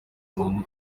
umuntu